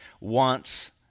wants